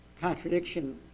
contradiction